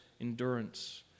endurance